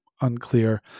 unclear